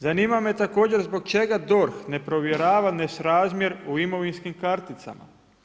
Zanima me također zbog čega DORH ne provjerava nesrazmijer u imovinskim karticama?